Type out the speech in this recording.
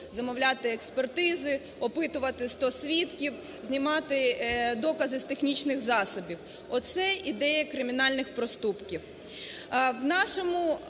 замовляти експертизи, опитувати 100 свідків, знімати докази з технічних засобів. Оце ідея кримінальних проступків.